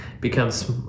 becomes